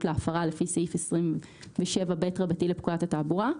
להפרה לפי סעיף 27ב לפקודת התעבורה,